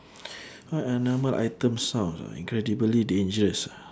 what are normal item sounds ah incredibly dangerous ah